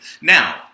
Now